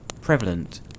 prevalent